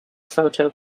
photo